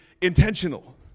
intentional